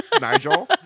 Nigel